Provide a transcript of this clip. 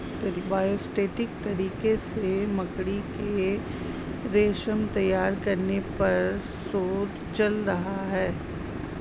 biosynthetic तरीके से मकड़ी के रेशम तैयार करने पर शोध चल रहा है